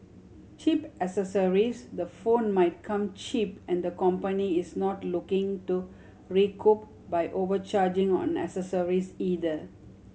Cheap Accessories the phone might come cheap and the company is not looking to recoup by overcharging on accessories either